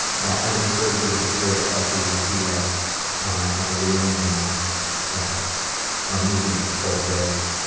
well, i would encourage you to get rid of the idea of a real man that our media portrays